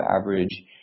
average